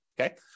okay